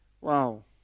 Wow